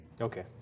Okay